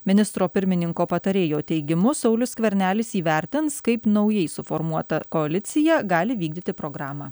ministro pirmininko patarėjo teigimu saulius skvernelis įvertins kaip naujai suformuota koalicija gali vykdyti programą